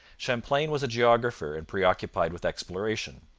champlain was a geographer and preoccupied with exploration.